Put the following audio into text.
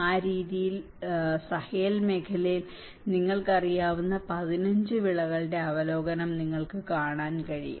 ആ രീതിയിൽ സഹേൽ മേഖലയിൽ നിങ്ങൾക്കറിയാവുന്ന 15 വിളകളുടെ അവലോകനം നിങ്ങൾക്ക് കാണാൻ കഴിയും